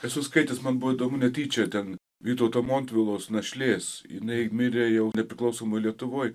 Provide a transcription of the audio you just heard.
esu skaitęs man buvo įdomu netyčia ten vytauto montvilos našlės jinai mirė jau nepriklausomoj lietuvoj